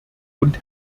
und